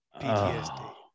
PTSD